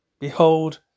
Behold